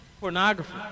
Pornography